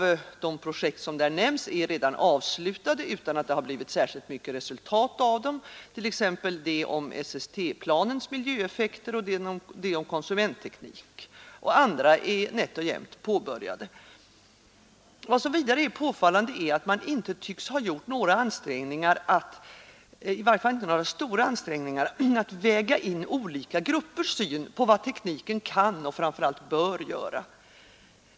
E-NR Vissa av projekten är redan avslutade utan att det har blivit särskilt mycket resultat av dem, t.ex. det om SST-planens miljöeffekter och det om konsumentteknik. Andra är nätt och jämnt påbörjade. Vad som vidare är påfallande är att man inte tycks ha gjort några ansträngningar — i varje fall inte några stora ansträngningar — att lägga in olika gruppers syn på vad tekniken kan och framför allt bör göra.